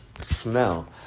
smell